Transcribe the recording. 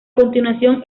continuación